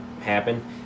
happen